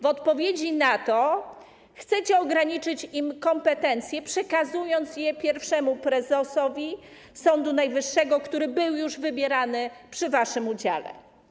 W odpowiedzi na to chcecie ograniczyć ich kompetencje, przekazując je pierwszemu prezesowi Sądu Najwyższego, który był już wybierany przy waszym udziale.